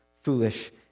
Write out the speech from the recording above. foolish